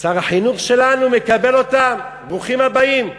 שר החינוך שלנו מקבל אותם, ברוכים הבאים,